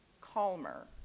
Calmer